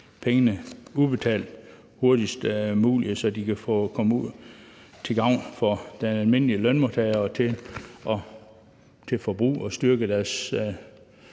udbetalt hurtigst muligt, så de kan komme til gavn for den almindelige lønmodtager i forhold til forbrug og i forhold